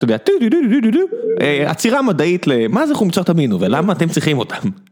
עצירה מדעית למה זה חומצות אמינו ולמה אתם צריכים אותן